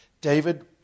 David